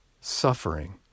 Suffering